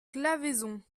claveyson